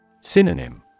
Synonym